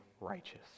righteous